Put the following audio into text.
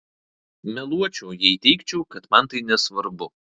meluočiau jei teigčiau kad man tai nesvarbu